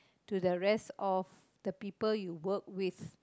to the rest of the people you work with